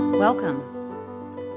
Welcome